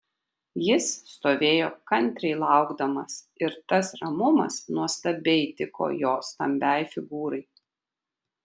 jis stovėjo kantriai laukdamas ir tas ramumas nuostabiai tiko jo stambiai figūrai